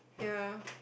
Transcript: ya